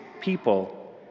people